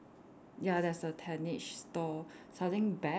ya there's a tentage stall selling bags